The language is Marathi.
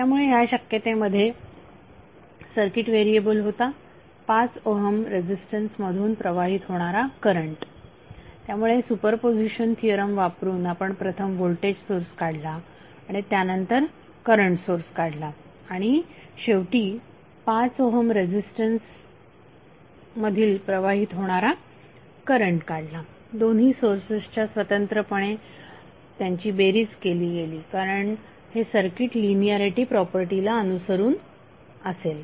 त्यामुळे या शक्यते मध्ये सर्किट व्हेरिएबल होता 5 ओहम रेझीस्टन्स मधून प्रवाहित होणारा करंट त्यामुळे सुपरपोझिशन थिअरम वापरून आपण प्रथम होल्टेज सोर्स काढला आणि त्यानंतर करंट सोर्स काढला आणि शेवटी 5 ओहम रेझीस्टन्स मधील प्रवाहित होणारा करंट काढला दोन्ही सोर्सेसच्या स्वतंत्रपणे त्यांची बेरीज केली गेली कारण हे सर्किट लिनिऍरिटी प्रॉपर्टीला अनुसरून असेल